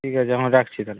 ঠিক আছে এখন রাখছি তাহলে